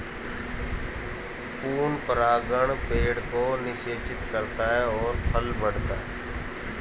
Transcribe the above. पूर्ण परागण पेड़ को निषेचित करता है और फल बढ़ता है